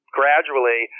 gradually